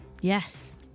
Yes